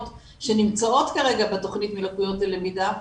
שנמצאות כרגע בתכנית "מלקויות ללמידה",